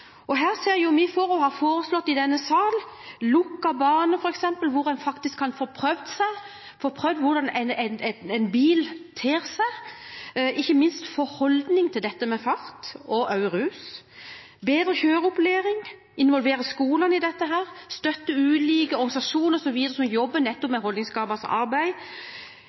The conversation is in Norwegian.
ulykkesstatistikkene. Her ser vi framover og har foreslått i denne sal f.eks. lukket bane – hvor en kan få prøvd seg, få prøvd hvordan en bil ter seg, ikke minst få en holdning til dette med fart og også rus – bedre kjøreopplæring, involvere skolene i dette, støtte ulike organisasjoner osv., som jobber nettopp med holdningsskapende arbeid.